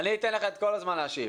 אני אתן לך את כל הזמן להשיב.